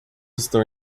estão